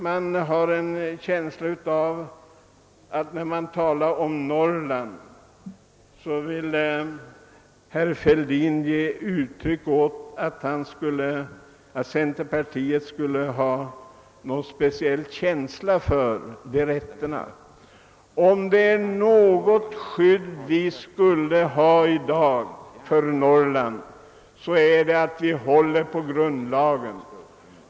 Vad beträffar talet om Norrland ville herr Fälldin göra gällande att centerpartiet skulle ha någon speciell känsla för ifrågavarande rättigheter. Om man i dag vill skydda Norrland, måste man hålla på grundlagen.